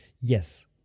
Yes